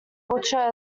butcher